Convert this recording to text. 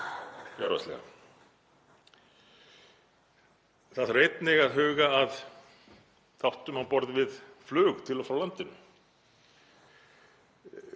Það þarf einnig að huga að þáttum á borð við flug til og frá landinu.